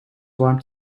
warmt